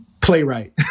playwright